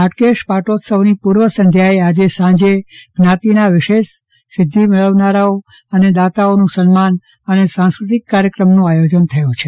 હાટકેશના પાટોત્સવની પુર્વ સંધ્યાએ આજે સાંજે જ્ઞાતિના વિશેષ સિધ્ધિ મેળવનારાઓ અને દાતાઓનું સન્માન અને સાસ્કૃતિક કાર્યક્રમનું આયોજન થયુ છે